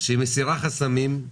שהיא מסירה חסמים,